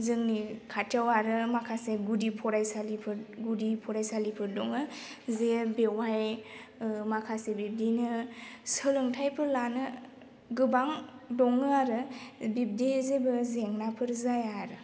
जोंनि खाथियाव आरो माखासे गुदि फरायसालिफोर गुदि फरायसालिफोर दङो जे बेवहाय माखासे बिब्दिनो सोलोंथाइफोर लानो गोबां दङो आरो बिब्दि जेबो जेंनाफोर जाया आरो